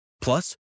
Plus